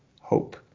hope